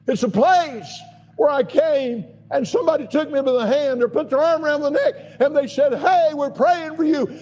it's a place where i came and somebody took me by the hand and put their arm around my neck and they said, hey, we're praying for you.